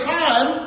time